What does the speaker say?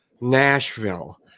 Nashville